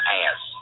ass